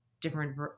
different